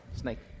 snake